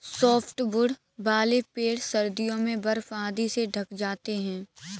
softwood वाले पेड़ सर्दियों में बर्फ आदि से ढँक जाते हैं